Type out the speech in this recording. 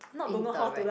interact